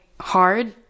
hard